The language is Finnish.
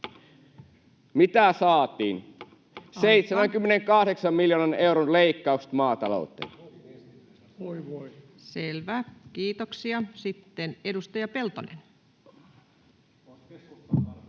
Aika!] 78 miljoonan euron leikkaukset maatalouteen. Selvä, kiitoksia. — Sitten edustaja Peltonen.